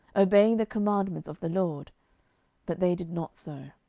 obeying the commandments of the lord but they did not so.